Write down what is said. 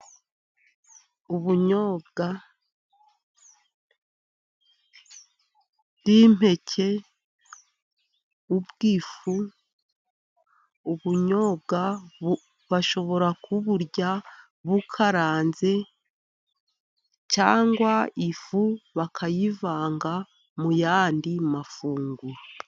Ubunyobwa bw'impeke, ubw'ifu, ubunyobwa bashobora kuburya bukaranze, cyangwa ifu bakayivanga mu yandi mafunguro.